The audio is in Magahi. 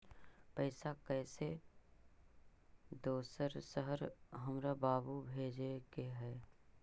पैसा कैसै दोसर शहर हमरा बाबू भेजे के है?